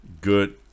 good